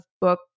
book